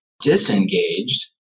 disengaged